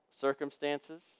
circumstances